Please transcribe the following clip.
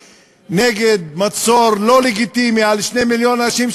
נגד מצור לא לגיטימי על 2 מיליון אנשים,